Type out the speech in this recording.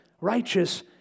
righteous